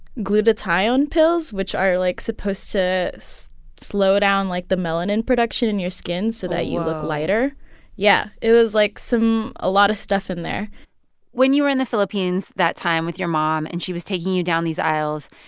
glutathione pills, which are, like, supposed to slow down, like, the melanin production in your skin so that you look lighter whoa yeah. it was like some a lot of stuff in there when you were in the philippines that time with your mom and she was taking you down these aisles,